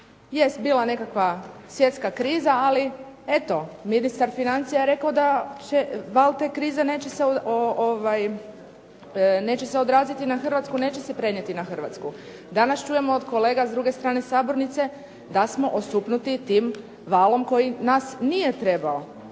Jest bila nekakva svjetska kriza, ali eto, ministar financija je rekao da val te krize neće se odraziti na Hrvatsku, neće se prenijeti na Hrvatsku. Danas čujemo od kolega s druge strane sabornice da smo osupnuti tim valom koji nas nije trebao